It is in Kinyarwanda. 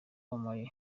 wamamaye